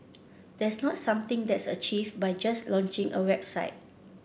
that's not something that's achieved by just launching a website